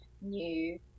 new